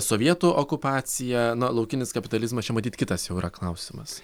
sovietų okupacija laukinis kapitalizmas čia matyt kitas jau yra klausimas